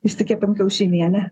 išsikepėm kiaušinienę